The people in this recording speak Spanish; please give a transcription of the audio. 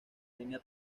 línea